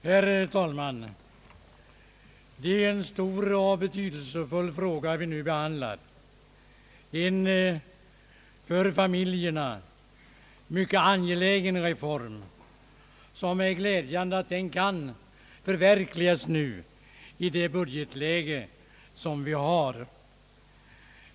Herr talman! Det är en stor och betydelsefull fråga vi nu behandlar, en för familjerna mycket angelägen reform. Det är glädjande att den kan förverkligas nu i det budgetläge som vi har.